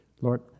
Lord